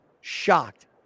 shocked